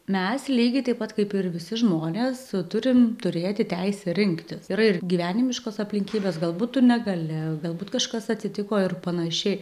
mes lygiai taip pat kaip ir visi žmonės turim turėti teisę rinktis yra ir gyvenimiškos aplinkybės galbūt tu negali galbūt kažkas atsitiko ir panašiai